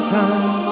time